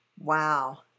Wow